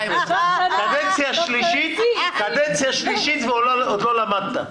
קדנציה שלישית ועוד לא למדת.